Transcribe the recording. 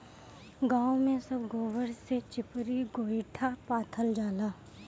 गांव में सब गोबर से चिपरी गोइठा पाथल जाला